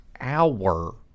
hour